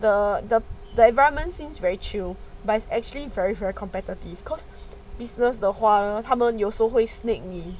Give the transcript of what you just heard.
the the the environment seems very chill but it's actually very very competitive because business 的话他们有时候会 sneak in